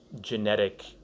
genetic